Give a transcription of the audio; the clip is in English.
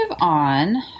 on